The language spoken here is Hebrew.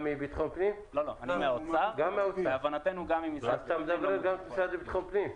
אז אתה מדבר גם בשם המשרד לביטחון הפנים?